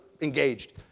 engaged